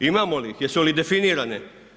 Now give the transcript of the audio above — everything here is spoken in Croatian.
Imamo li ih, jesu li definirane?